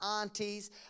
aunties